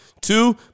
Two